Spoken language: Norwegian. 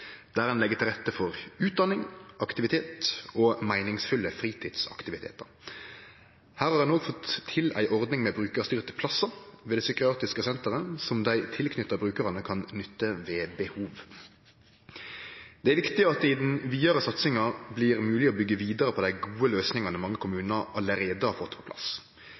der ein legg til rette for utdanning, aktivitet og meiningsfulle fritidsaktivitetar. Her har ein òg fått til ei ordning med brukarstyrte plassar på det psykiatriske senteret, som brukarane det gjeld, kan nytte ved behov. Det er viktig at det i den vidare satsinga blir mogleg å byggje vidare på dei gode løysingane mange kommunar allereie har fått på plass.